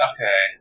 Okay